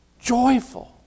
joyful